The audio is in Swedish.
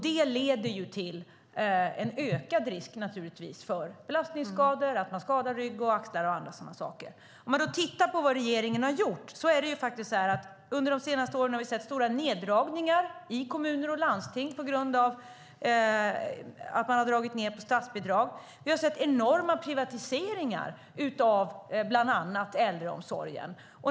Det leder till en ökad risk för belastningsskador i till exempel rygg och axlar. Om man då tittar på vad regeringen har gjort ser man att under de senaste åren har det gjorts stora neddragningar i kommuner och landsting på grund av att man har dragit ned på statsbidragen. Vi har sett enorma privatiseringar av bland annat äldreomsorgen.